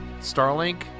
Starlink